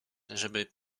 żeby